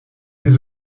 des